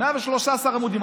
113 עמודים.